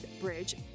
Bridge